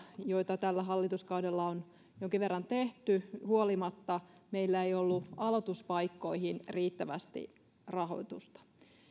joita tällä hallituskaudella on jonkin verran tehty meillä ei ollut aloituspaikkoihin riittävästi rahoitusta